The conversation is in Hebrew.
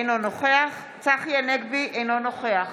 אינו נוכח צחי הנגבי, אינו נוכח